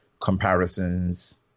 comparisons